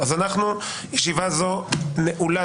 ישיבה זו נעולה.